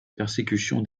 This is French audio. persécution